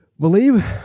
believe